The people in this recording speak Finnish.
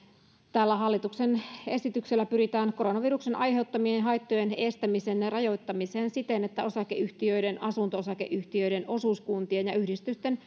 tällä hallituksen esityksellä pyritään koronaviruksen aiheuttamien haittojen estämiseen ja rajoittamiseen siten että osakeyhtiöiden asunto osakeyhtiöiden osuuskuntien ja yhdistysten